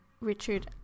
Richard